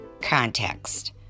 context